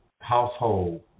household